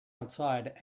outside